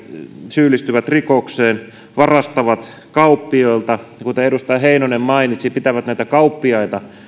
syyllistyvät rikokseen varastavat kauppiailta ja kuten edustaja heinonen mainitsi pitävät näitä kauppiaita